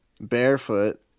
barefoot